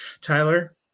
Tyler